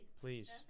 Please